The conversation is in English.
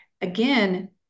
Again